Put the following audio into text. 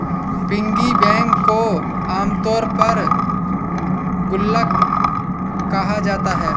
piggy bank को आमतौर पर गुल्लक कहा जाता है